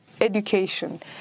education